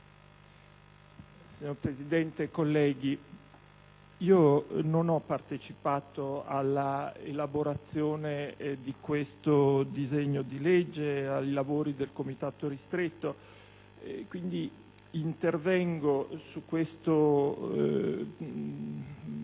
Signora Presidente, colleghi, non ho partecipato all'elaborazione del testo di questo disegno di legge, né al lavoro del Comitato ristretto; quindi, intervengo su questa